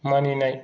मानिनाय